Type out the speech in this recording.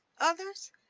others